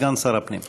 סגן שר הפנים.